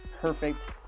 perfect